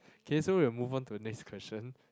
okay so we will move on to the next question